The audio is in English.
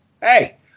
Hey